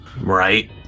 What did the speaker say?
right